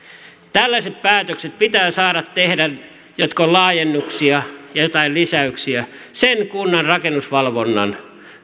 tällaiset päätökset pitää saada tehdä jotka ovat laajennuksia ja joitain lisäyksiä sen kunnan rakennusvalvonnan